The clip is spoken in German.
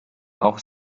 auch